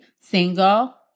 single